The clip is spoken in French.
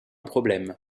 problème